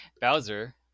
Bowser